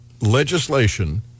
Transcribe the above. legislation